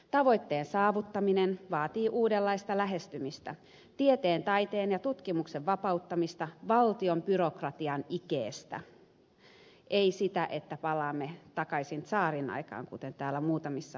tavoitteen saavuttaminen vaatii uudenlaista lähestymistä tieteen taiteen ja tutkimuksen vapauttamista valtion byrokratian ikeestä ei sitä että palaamme takaisin tsaarinaikaan kuten täällä muutamissa puheenvuoroissa on todettu